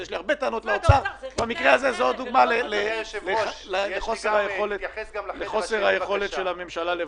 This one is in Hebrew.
זאת הדוגמה לחוסר היכולת של הממשלה לבצע.